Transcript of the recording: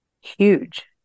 huge